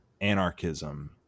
anarchism